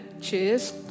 Cheers